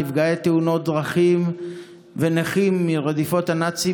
נפגעי תאונות דרכים ונכי רדיפות הנאצים,